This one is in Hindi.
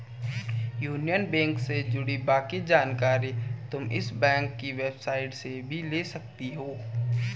यूनियन बैंक से जुड़ी बाकी जानकारी तुम इस बैंक की वेबसाईट से भी ले सकती हो